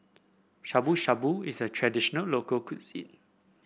Shabu Shabu is a traditional local cuisine